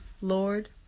Lord